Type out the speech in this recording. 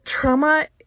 trauma